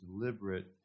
deliberate